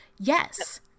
yes